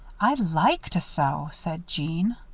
i like to sew, said jeanne.